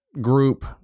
group